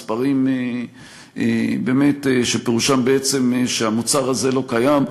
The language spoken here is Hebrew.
מספרים שבאמת פירושם שהמוצר הזה לא קיים.